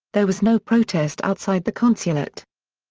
there was no protest outside the consulate.